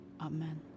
Amen